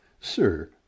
Sir